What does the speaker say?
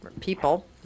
people